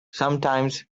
sometimes